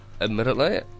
admittedly